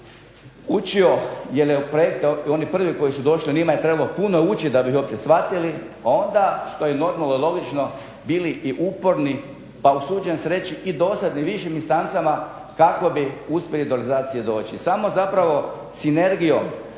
učio jer oni koji su prvi došli njima je trebalo puno učiti da bi ih uopće shvatili, onda što je normalno i logično bili i uporni, pa usuđujem se reći i dosadni višim instancama kako bi uspjeli do legalizacije doći. Samo zapravo sinergijom